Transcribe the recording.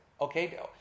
Okay